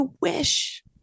wish